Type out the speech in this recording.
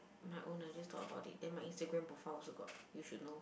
my own lah just thought about it then my Instagram profile also got you should know